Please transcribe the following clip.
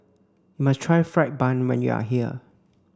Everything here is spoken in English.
must try fried bun when you are here